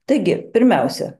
taigi pirmiausia